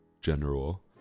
General